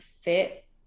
fit